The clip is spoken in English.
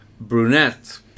brunette